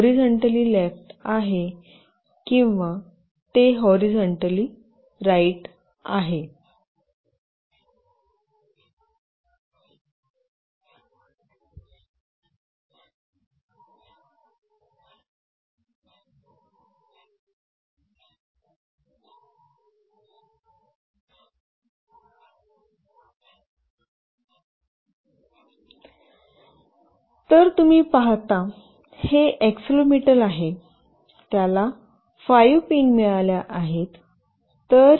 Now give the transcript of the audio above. horizontally left आहे किंवा ते हॉरीझॉन्टली राईट आहे तर तुम्ही पाहता हे एक्सेलेरोमीटर आहे त्याला 5 पिन मिळाल्या आहेत